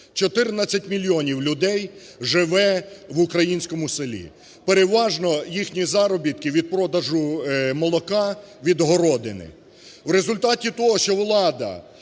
14 мільйонів людей живе в українському селі. Переважно їхні заробітки – від продажу молока, від городини. В результаті того, що влада